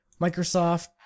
Microsoft